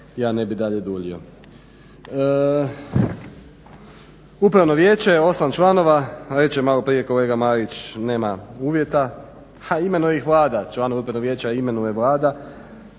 Ja ne bih dalje duljio. Upravno vijeće je osam članova, reće malo prije kolega Marić, nema uvjeta, a imenuje ih Vlada, članove Upravnog vijeća imenuje Vlada,